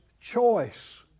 choice